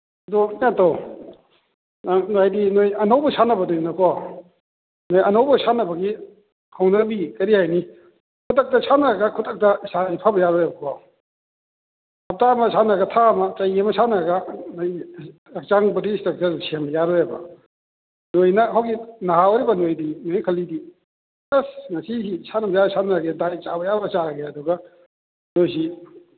ꯍꯥꯏꯗꯤ ꯅꯣꯏꯗꯤ ꯅꯣꯏ ꯑꯅꯧꯕ ꯁꯥꯟꯅꯕꯅꯤꯅꯀꯣ ꯅꯣꯏ ꯑꯅꯧꯕ ꯁꯥꯟꯅꯕꯒꯤ ꯍꯧꯅꯕꯤ ꯀꯔꯤ ꯍꯥꯏꯅꯤ ꯈꯨꯗꯛꯇ ꯁꯥꯟꯅꯔꯒ ꯈꯨꯗꯛꯇ ꯃꯁꯥ ꯐꯕ ꯌꯥꯔꯣꯏꯕꯀꯣ ꯍꯞꯇꯥ ꯑꯃ ꯁꯥꯟꯅꯔꯅꯤ ꯊꯥ ꯑꯃ ꯆꯍꯤ ꯑꯃ ꯁꯥꯟꯅꯔꯒ ꯍꯛꯆꯥꯡ ꯕꯣꯗꯤ ꯏꯁꯇ꯭ꯔꯛꯆꯔꯗꯣ ꯁꯦꯝꯕ ꯌꯥꯔꯣꯏꯕ ꯅꯣꯏꯅ ꯍꯧꯖꯤꯛ ꯅꯍꯥ ꯑꯣꯏꯔꯤꯕ ꯅꯣꯏꯗꯤ ꯅꯣꯏ ꯈꯜꯂꯤꯁꯤ ꯑꯁ ꯉꯁꯤꯗꯤ ꯁꯥꯟꯅꯕ ꯌꯥꯕ ꯁꯥꯟꯅꯔꯒꯦ ꯗꯥꯏꯠ ꯆꯥꯕ ꯌꯥꯕ ꯆꯥꯔꯒꯦ ꯑꯗꯨꯒ ꯅꯣꯏꯁꯤ